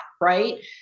right